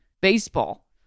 baseball